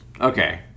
Okay